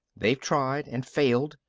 they've tried and failed,